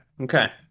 okay